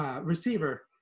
receiver